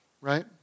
right